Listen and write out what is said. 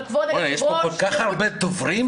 לא ידעתי שיש לי פה כל כך הרבה דוברים.